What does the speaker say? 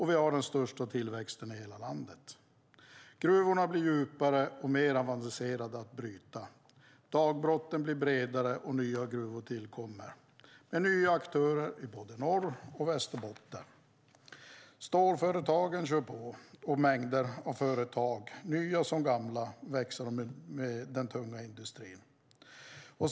Vi har den största tillväxten i hela landet. Gruvorna blir djupare, och brytningen blir mer avancerad. Dagbrotten blir bredare, och nya gruvor tillkommer med nya aktörer i både Norrbotten och Västerbotten. Storföretagen kör på, och mängder av företag - nya som gamla - växer med den tunga industrin.